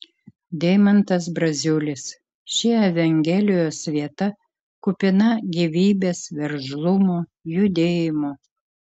deimantas braziulis ši evangelijos vieta kupina gyvybės veržlumo judėjimo